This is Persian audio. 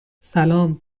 سلام